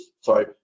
sorry